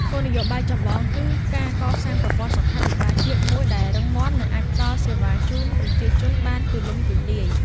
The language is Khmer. គោលនយោបាយចម្បងគឺការកសាងប្រព័ន្ធសុខាភិបាលជាតិមួយដែលរឹងមាំ និងអាចផ្ដល់សេវាជូនប្រជាជនបានទូលំទូលាយ។